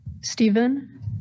Stephen